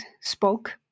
spoke